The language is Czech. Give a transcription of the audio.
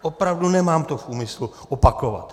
Opravdu, nemám to v úmyslu opakovat.